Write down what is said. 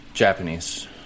japanese